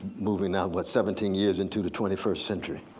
moving out what seventeen years into the twenty first century.